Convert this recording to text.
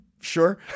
sure